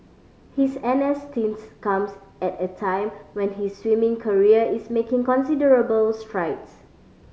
his N S stints comes at a time when his swimming career is making considerable strides